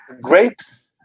grapes